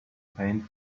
paint